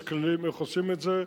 יש כללים איך עושים את זה.